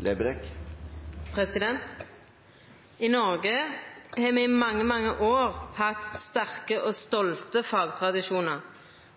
Lerbrekk. I Noreg har me i mange, mange år hatt sterke og stolte fagtradisjonar.